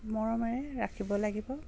মৰমেৰে ৰাখিব লাগিব